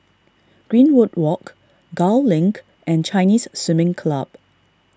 Greenwood Walk Gul Link and Chinese Swimming Club